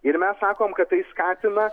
ir mes sakom kad tai skatina